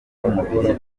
y’umubiri